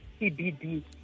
cbd